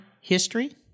history